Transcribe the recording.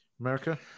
America